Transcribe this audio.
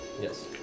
Yes